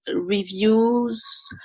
reviews